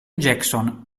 jackson